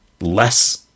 less